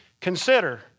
consider